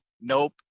nope